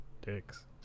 dicks